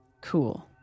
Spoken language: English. Cool